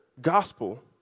gospel